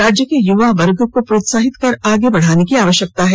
राज्य के युवा वर्ग को प्रोत्साहित कर आगे बढ़ाने की आवश्यकता है